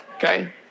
Okay